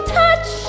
touch